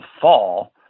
fall